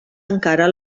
encara